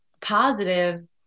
positive